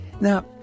now